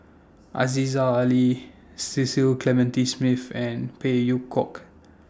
Aziza Ali Cecil Clementi Smith and Phey Yew Kok